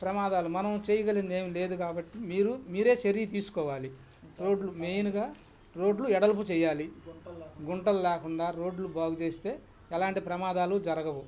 ప్రమాదాలు మనం చేయగలిగింది ఏం లేదు కాబట్టి మీరు మీరే చర్య తీసుకోవాలి రోడ్లు మెయిన్గా రోడ్లు వెడల్పు చేయాలి గుంటలు లేకుండా రోడ్లు బాగు చేస్తే ఎలాంటి ప్రమాదాలు జరగవు